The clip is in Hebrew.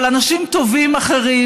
אבל אנשים טובים אחרים,